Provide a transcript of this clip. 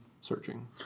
searching